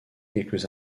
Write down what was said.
quelques